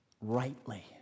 rightly